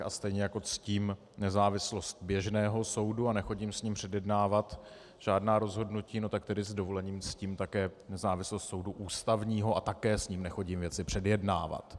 A stejně jako ctím nezávislost běžného soudu a nechodím s ním předjednávat žádná rozhodnutí, tak tedy s dovolením ctím také nezávislost soudu Ústavního a také s ním nechodím věci předjednávat.